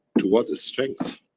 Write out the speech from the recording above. to what strength?